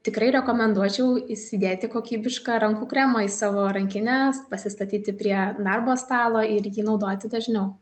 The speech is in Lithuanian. tikrai rekomenduočiau įsidėti kokybišką rankų kremą į savo rankines pasistatyti prie darbo stalo ir jį naudoti dažniau